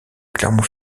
clermont